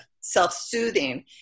self-soothing